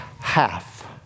half